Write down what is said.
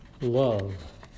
Love